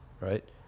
right